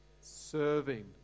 Serving